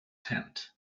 tent